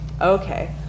Okay